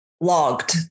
Logged